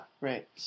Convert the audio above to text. right